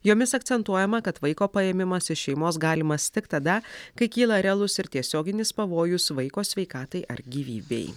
jomis akcentuojama kad vaiko paėmimas iš šeimos galimas tik tada kai kyla realus ir tiesioginis pavojus vaiko sveikatai ar gyvybei